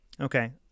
Okay